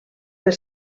per